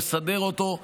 לסדר אותו,